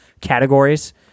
categories